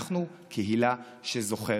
אנחנו קהילה שזוכרת.